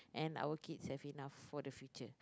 and our kids have enough for the future